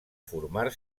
formar